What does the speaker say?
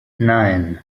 nine